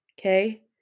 Okay